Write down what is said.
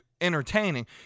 entertaining